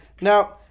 Now